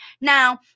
now